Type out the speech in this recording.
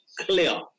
clear